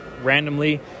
randomly